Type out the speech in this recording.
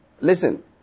Listen